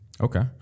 Okay